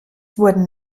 wurden